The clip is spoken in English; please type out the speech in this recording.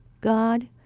God